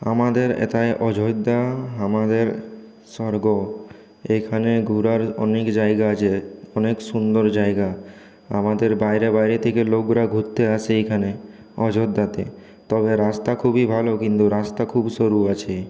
আমাদের হেথায় অযোধ্যা আমাদের স্বর্গ এখানে ঘোরার অনেক জায়গা আছে অনেক সুন্দর জায়গা আমাদের বাইরে বাইরে থেকে লোকএরা ঘুরতে আসে এখানে অযোধ্যাতে তবে রাস্তা খুবই ভালো কিন্তু রাস্তা খুব সরু আছে